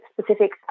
specific